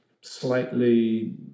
slightly